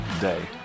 day